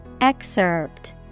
Excerpt